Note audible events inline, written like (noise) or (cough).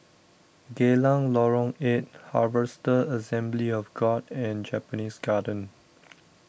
Geylang Lorong eight Harvester Assembly of God and Japanese Garden (noise)